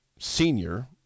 senior